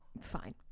Fine